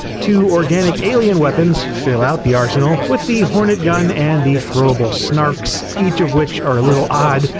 two organic alien weapons fill out the arsenal, with the hornet gun and the throwable snarks, each of which are a little odd,